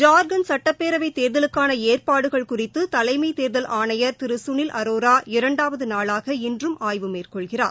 ஜார்க்கண்ட் சட்டப்பேரவைத் தேர்தலுக்கான ஏற்பாடுகள் குறித்து தலைஸம தேர்தல் ஆணையர் திரு சுனில் அரோரா இரண்டாவது நாளாக இன்றும் ஆய்வு மேற்கோள்கிறார்